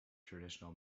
traditional